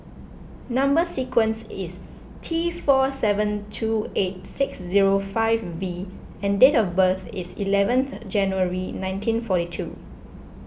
Number Sequence is T four seven two eight six zero five V and date of birth is eleventh January nineteen forty two